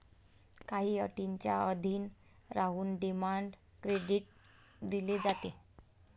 काही अटींच्या अधीन राहून डिमांड क्रेडिट दिले जाते